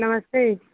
नमस्ते